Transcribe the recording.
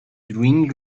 drink